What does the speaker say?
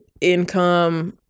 income